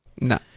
No